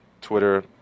Twitter